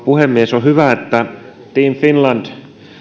puhemies on hyvä että team finland